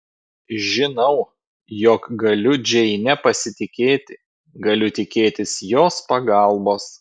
žinau jog galiu džeine pasitikėti galiu tikėtis jos pagalbos